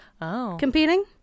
competing